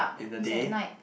in the day